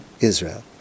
Israel